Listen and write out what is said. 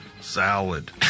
salad